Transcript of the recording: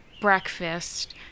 breakfast